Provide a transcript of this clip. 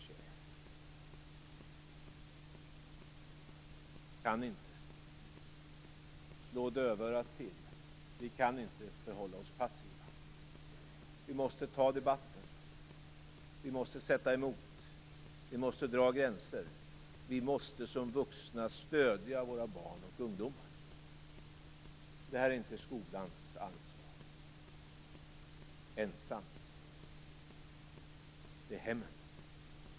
Vi kan inte slå dövörat till, vi kan inte förhålla oss passiva. Vi måste ta debatten. Vi måste sätta emot. Vi måste dra gränser. Vi måste som vuxna stödja våra barn och ungdomar. Det är inte skolans ansvar ensamt, det är hemmen.